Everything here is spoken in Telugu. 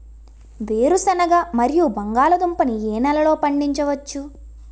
వేరుసెనగ మరియు బంగాళదుంప ని ఏ నెలలో పండించ వచ్చు?